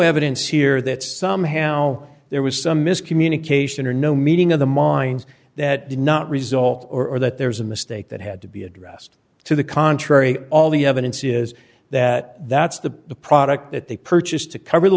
evidence here that somehow there was some miscommunication or no meeting of the mines that did not result or that there was a mistake that had to be addressed to the contrary all the evidence is that that's the product that they purchased to cover the